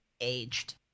aged